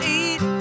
eat